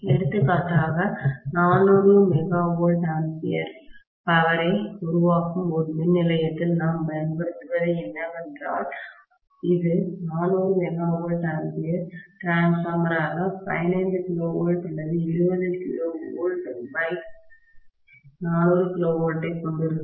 எடுத்துக்காட்டாக 400 MVA பவரை சக்தியை உருவாக்கும் ஒரு மின் நிலையத்தில் நாம் பயன்படுத்துவது என்னவென்றால் இது 400 MVA மின்மாற்றியாகடிரான்ஸ்பார்மராக 15 KV அல்லது 20 KV 400 KV ஐ கொண்டிருக்கும்